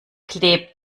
klebt